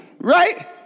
right